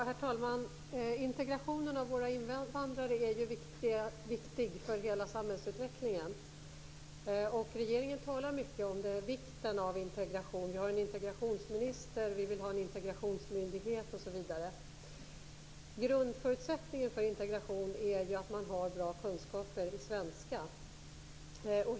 Herr talman! Integrationen av våra invandrare är ju viktig för hela samhällsutvecklingen. Regeringen talar mycket om vikten av integration. Vi har en integrationsminister, vi vill ha en integrationsmyndighet osv. Grundförutsättningen för integration är ju att man har bra kunskaper i svenska.